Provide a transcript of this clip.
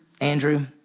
Andrew